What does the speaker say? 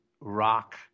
rock